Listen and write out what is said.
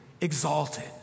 exalted